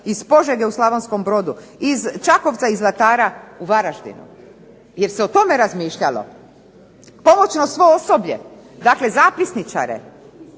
iz Požege u Slavonskom Brodu? Iz Čakovca i Zlatara u Varaždinu? Jel se o tome razmišljalo? Pomoćno svo osoblje, dakle zapisničare.